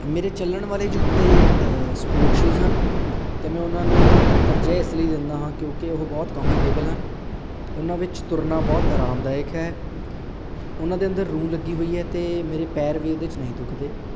ਮੇਰੇ ਚੱਲਣ ਵਾਲੇ ਜੁੱਤੇ ਸਪੋਰਟਸ ਸ਼ੂਜ਼ ਹਨ ਅਤੇ ਮੈਂ ਉਹਨਾਂ ਨੂੰ ਤਰਜੀਹ ਇਸ ਲਈ ਦਿੰਦਾ ਹਾਂ ਕਿਉਂਕਿ ਉਹ ਬਹੁਤ ਕੰਫਰਟੇਬਲ ਹਨ ਉਹਨਾਂ ਵਿੱਚ ਤੁਰਨਾ ਬਹੁਤ ਆਰਾਮਦਾਇਕ ਹੈ ਉਹਨਾਂ ਦੇ ਅੰਦਰ ਰੂੰ ਲੱਗੀ ਹੋਈ ਹੈ ਅਤੇ ਮੇਰੇ ਪੈਰ ਵੀ ਉਹਦੇ 'ਚ ਨਹੀਂ ਦੁਖਦੇ